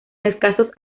escasos